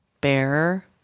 bear